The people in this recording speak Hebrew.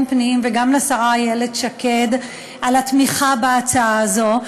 פנים וגם לשרה איילת שקד על התמיכה בהצעה הזו.